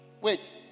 wait